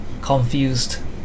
confused